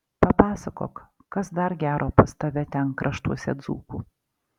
papasakok kas dar gero pas tave ten kraštuose dzūkų